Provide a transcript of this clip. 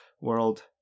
world